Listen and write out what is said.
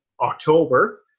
October